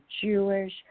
Jewish